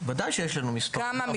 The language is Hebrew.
ודאי שיש לנו מספרים.